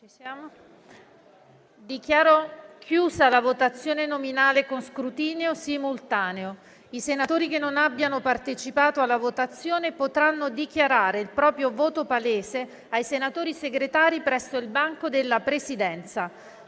Dichiaro chiusa la votazione nominale con scrutinio simultaneo. I senatori che non abbiano partecipato alla votazione potranno dichiarare il proprio voto palese ai senatori Segretari presso il banco della Presidenza.